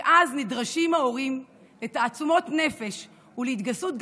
שאז נדרשים ההורים לתעצומות נפש ולהתגייסות,